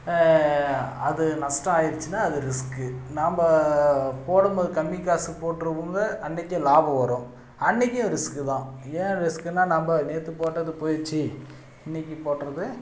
அது நஷ்டம் ஆகிருச்சினா அது ரிஸ்க்கு நாம் போடும்போது கம்மி காசு போட்டுருக்கும்போது அன்னைக்கு லாபம் வரும் அன்றைக்கும் ரிஸ்க்கு தான் ஏன் ரிஸ்க்குனா நம்ம நேற்று போட்டது போயிடுச்சி இன்னைக்கு போடுறது